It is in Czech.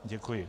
Děkuji.